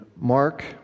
Mark